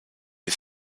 you